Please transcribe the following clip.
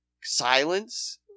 silence